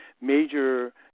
major